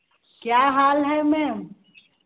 क्या हाल है मैम